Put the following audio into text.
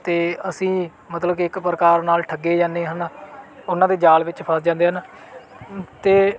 ਅਤੇ ਅਸੀਂ ਮਤਲਬ ਕੇ ਇੱਕ ਪ੍ਰਕਾਰ ਨਾਲ ਠੱਗੇ ਜਾਂਦੇ ਹਨ ਉਨ੍ਹਾਂ ਦੇ ਜਾਲ ਵਿੱਚ ਫਸ ਜਾਂਦੇ ਹਨ ਅਤੇ